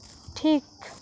ᱴᱷᱤᱠ